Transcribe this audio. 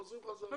חוזרים חזרה.